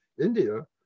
India